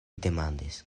demandis